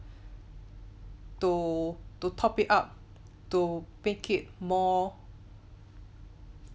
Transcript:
to to top it up to make it more